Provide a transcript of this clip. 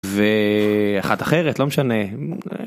ואחת אחרת לא משנה.